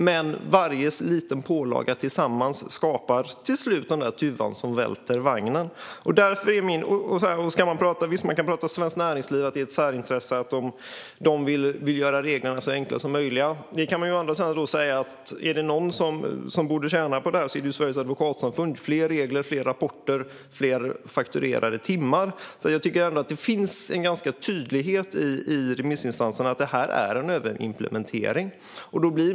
Men varje liten pålaga skapar till slut den där tuvan som stjälper lasset. Visst kan man tala om att Svenskt Näringsliv har ett särintresse och att de vill göra reglerna så enkla som möjligt. Men man kan också säga att om det är någon som borde tjäna på det här är det Sveriges advokatsamfund. Fler regler och fler rapporter innebär fler fakturerade timmar. Jag tycker ändå att det finns en ganska stor tydlighet från remissinstanserna om att det här är en överimplementering.